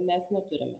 mes neturime